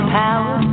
power